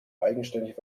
eigenständig